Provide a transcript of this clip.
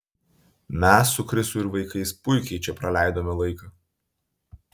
mes su chrisu ir vaikais puikiai čia praleidome laiką